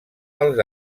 als